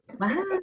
Wow